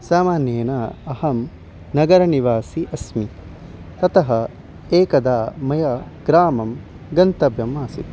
सामान्येन अहं नगरनिवासी अस्मि ततः एकदा मया ग्रामः गन्तव्यः आसीत्